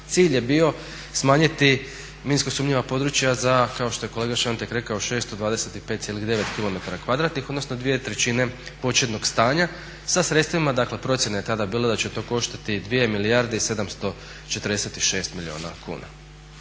cilj je bio smanjiti minsko sumnjiva područja za kao što je kolega Šantek rekao 625,9 km kvadratnih odnosno 2/3 početnog stanja sa sredstvima dakle procjena je tada bila da će to koštati 2 milijarde i 746 milijuna kuna.